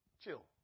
chill